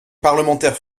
parlementaires